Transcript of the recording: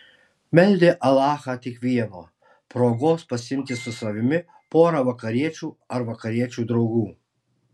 meldė alachą tik vieno progos pasiimti su savimi porą vakariečių ar vakariečių draugų